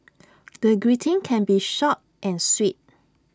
the greeting can be short and sweet